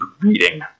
reading